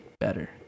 better